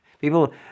People